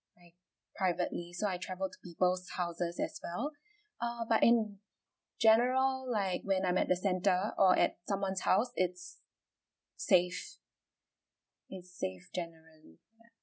like privately so I travelled to people's houses as well uh but in general like when I'm at the centre or at someone's house it's safe it's safe generally